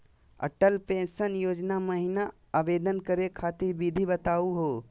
Atal pension योजना महिना आवेदन करै खातिर विधि बताहु हो?